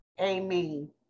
amen